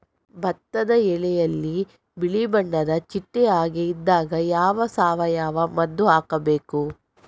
ಭತ್ತದ ಎಲೆಯಲ್ಲಿ ಬಿಳಿ ಬಣ್ಣದ ಚಿಟ್ಟೆ ಹಾಗೆ ಇದ್ದಾಗ ಯಾವ ಸಾವಯವ ಮದ್ದು ಹಾಕಬೇಕು?